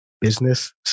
business